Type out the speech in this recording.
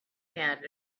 hand